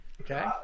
Okay